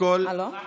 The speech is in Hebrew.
רק